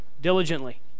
diligently